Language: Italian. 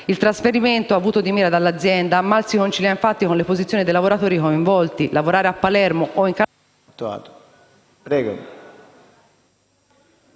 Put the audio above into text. Il trasferimento voluto dall'azienda mal si concilia infatti con le posizioni dei lavoratori coinvolti: lavorare a Palermo o in Calabria per